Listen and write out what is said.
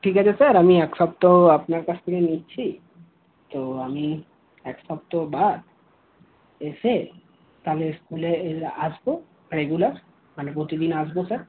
ঠিক আছে স্যার আমি এক সপ্তাহ আপনার কাছ থেকে নিচ্ছি তো আমি এক সপ্তাহ বাদ এসে তাহলে স্কুলে আসবো রেগুলার মানে প্রতিদিন আসবো স্যার